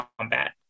combat